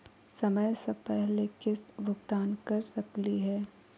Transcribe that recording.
समय स पहले किस्त भुगतान कर सकली हे?